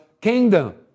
kingdom